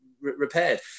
repaired